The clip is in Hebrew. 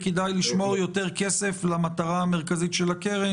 אתם אומרים שכדאי לשמור יותר כסף למטרה המרכזית של הקרן,